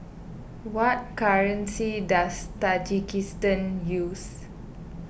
what currency does Tajikistan use